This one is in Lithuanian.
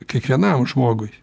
kiekvienam žmogui